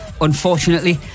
Unfortunately